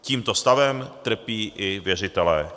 Tímto stavem trpí i věřitelé.